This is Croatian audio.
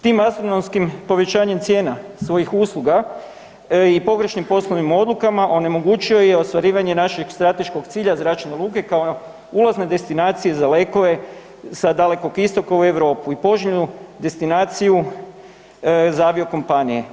Tim astronomskim povećanjem cijena svojih usluga i pogrešnim poslovnim odlukama onemogućio je i ostvarivanje našeg strateškog cilja zračne luke kao ulazne destinacije za letove sa Dalekog istoka u Europu i poželjnu destinaciju za aviokompanije.